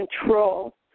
control